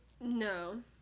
no